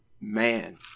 man